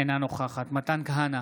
אינה נוכחת מתן כהנא,